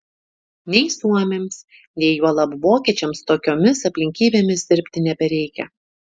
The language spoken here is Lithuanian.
nei suomiams nei juolab vokiečiams tokiomis aplinkybėmis dirbti nebereikia